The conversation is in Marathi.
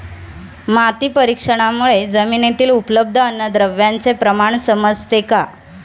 माती परीक्षणामुळे जमिनीतील उपलब्ध अन्नद्रव्यांचे प्रमाण समजते का?